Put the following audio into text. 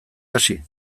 hasi